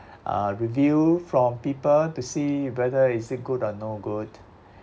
uh review from people to see whether is it good or no good